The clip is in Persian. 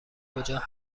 کجا